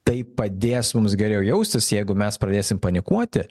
tai padės mums geriau jaustis jeigu mes pradėsim panikuoti